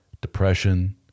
depression